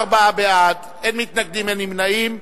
24 בעד, אין מתנגדים, אין נמנעים.